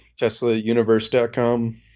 Teslauniverse.com